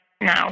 no